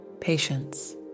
Patience